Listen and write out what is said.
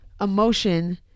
emotion